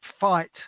fight